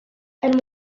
and